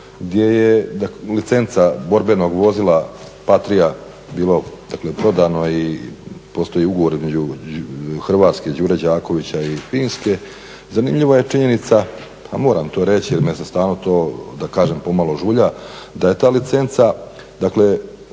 gdje je licenca borbenog vozila Patria bilo prodano i postoji ugovor između Hrvatske Đure Đakovića i Finske, zanimljiva je činjenica pa moram to reći jer me za … to pomalo žulja, da je ta licenca dakle